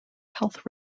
health